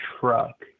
truck